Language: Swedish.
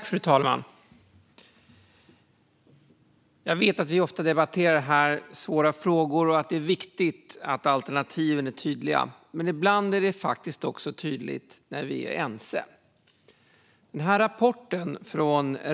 Fru talman! Jag vet att vi ofta debatterar svåra frågor här och att det är viktigt att alternativen är tydliga. Men ibland är det faktiskt också tydligt när vi är ense.